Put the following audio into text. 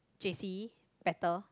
J_C better